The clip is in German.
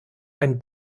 ein